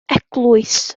eglwys